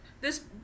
this-